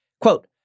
quote